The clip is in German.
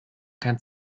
kein